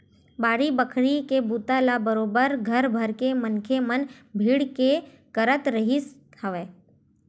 बाड़ी बखरी के बूता ल बरोबर घर भरके मनखे मन भीड़ के करत रिहिस हवय